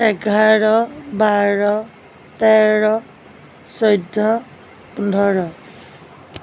এঘাৰ বাৰ তেৰ চৈধ্য পোন্ধৰ